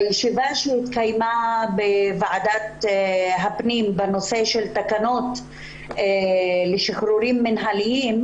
בישיבה שהתקיימה בוועדת הפנים בנושא של תקנות לשחרורים מינהליים,